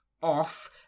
off